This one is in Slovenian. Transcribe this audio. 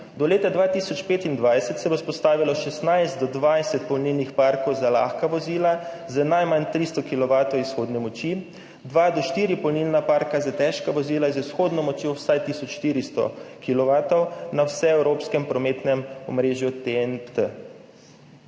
Do leta 2025 se bo vzpostavilo od 16 do 20 polnilnih parkov za lahka vozila z najmanj 300 kilovatov izhodne moči, od dva do štiri polnilne parke za težka vozila z izhodno močjo vsaj 1400 kilovatov na vseevropskem prometnem omrežju TNT.